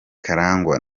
karangwa